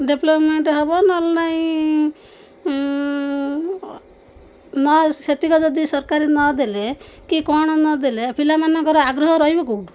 development ହବ ନହେଲେ ନାଇଁ ନ ସେତିକ ଯଦି ସରକାରୀ ନଦେଲେ କି କ'ଣ ନଦେଲେ ପିଲାମାନଙ୍କର ଆଗ୍ରହ ରହିବ କେଉଁଠୁ